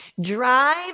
drive